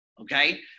Okay